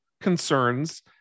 concerns